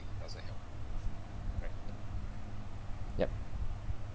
yup